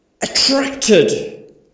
attracted